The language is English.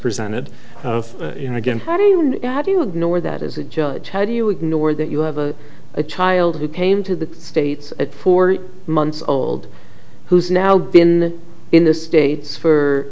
presented of you know again how do you how do you ignore that as a judge how do you ignore that you have a child who came to the states at four months old who's now been in the states for